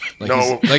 no